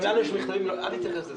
גם לנו יש מכתבים אל תתייחס לזה.